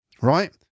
Right